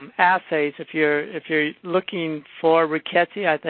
assays. if you're if you're looking for rickettsia,